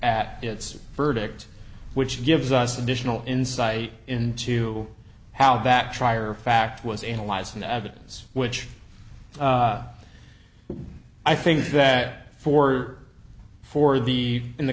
at its verdict which gives us additional insight into how that trier of fact was analyzing the evidence which i think that for for the in the